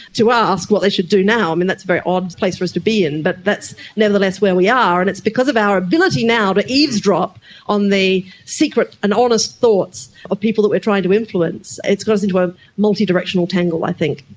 to ask what they should do now. i mean, that's a very odd place for us to be in, but that's nevertheless where we are, and it's because of our ability now to eavesdrop on the secret and honest thoughts of the people that we are trying to influence, it's got us into a multidirectional tangle i think.